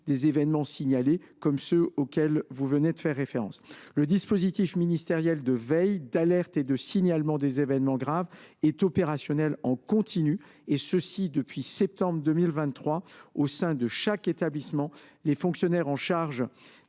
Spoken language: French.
des événements signalés, tels que ceux auxquels vous venez de faire référence. Le dispositif ministériel de veille, d’alerte et de signalement des événements graves est opérationnel de façon continue depuis septembre 2023. Au sein de chaque établissement, les FSD diffusent une